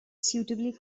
suitably